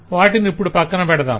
వాటిని ఇప్పుడు ప్రక్కన పెడదాం